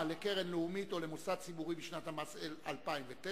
לקרן לאומית או למוסד ציבורי בשנת המס 2009)